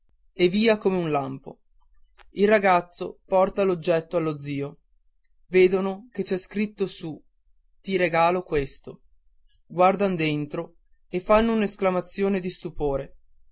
e via come un lampo il ragazzo porta l'oggetto allo zio vedono che c'è scritto su ti regalo questo guardan dentro e fanno un'esclamazione di stupore